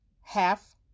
half